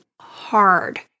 hard